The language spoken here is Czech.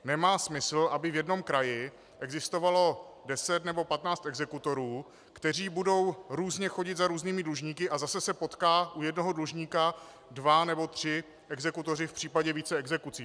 Nemá smysl, aby v jednom kraji existovalo 10 nebo 15 exekutorů, kteří budou různě chodit za různými dlužníky a zase se potkají u jednoho dlužníka dva nebo tři exekutoři v případě více exekucí.